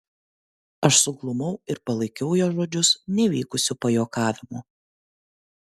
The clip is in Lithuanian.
aš suglumau ir palaikiau jo žodžius nevykusiu pajuokavimu